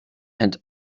and